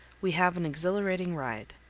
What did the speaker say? we have an exhilarating ride.